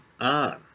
on